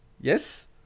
yes